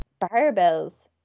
barbells